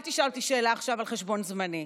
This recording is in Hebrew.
אל תשאל אותי שאלה עכשיו, על חשבון זמני.